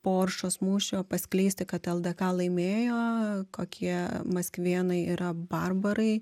po oršos mūšio paskleisti kad ldk laimėjo kokie maskvėnai yra barbarai